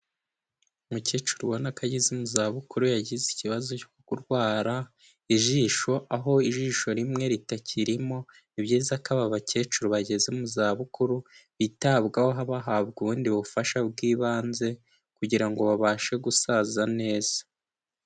Umukecuru ubona ko ageze mu zabukuru yagize ikibazo cyo kurwara ijisho, aho ijisho rimwe ritakirimo, n' ibyiza ko aba bakecuru bageze mu za bukuru bitabwaho bahabwa ubundi bufasha bw'ibanze kugira ngo babashe gusaza neza.